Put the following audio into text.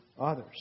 others